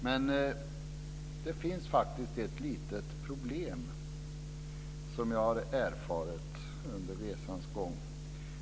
Men det finns faktiskt ett litet problem som jag har erfarit under resans gång.